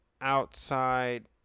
outside